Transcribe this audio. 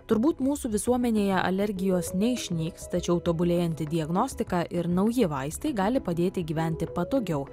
turbūt mūsų visuomenėje alergijos neišnyks tačiau tobulėjanti diagnostika ir nauji vaistai gali padėti gyventi patogiau